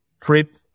trip